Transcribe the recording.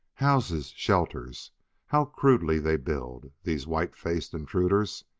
houses, shelters how crudely they build, these white-faced intruders!